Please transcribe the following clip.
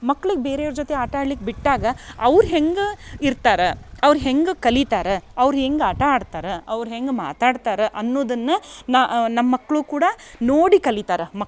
ಮಕ್ಳಿಗೆ ಬೇರೆಯವ್ರ ಜೊತೆ ಆಟ ಆಡ್ಲಿಕ್ಕೆ ಬಿಟ್ಟಾಗ ಅವ್ರು ಹೆಂಗೆ ಇರ್ತಾರ ಅವ್ರು ಹೆಂಗೆ ಕಲಿತಾರ ಅವ್ರು ಹೆಂಗೆ ಆಟ ಆಡ್ತಾರ ಅವ್ರು ಹೆಂಗೆ ಮಾತಾಡ್ತಾರೆ ಅನ್ನುದನ್ನ ನಮ್ಮ ಮಕ್ಕಳು ಕೂಡ ನೋಡಿ ಕಲಿತಾರೆ